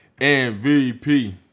MVP